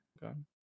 gun